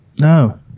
No